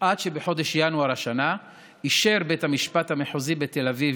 עד שבחודש ינואר השנה אישר בית המשפט המחוזי בתל אביב